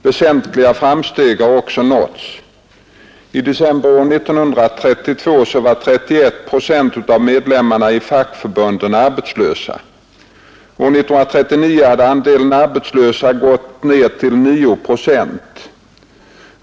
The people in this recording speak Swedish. Väsentliga framsteg har också nåtts. I december år 1932 var 31 procent av medlemmarna i fackförbunden arbetslösa. År 1939 hade andelen arbetslösa gått ned till 9 procent.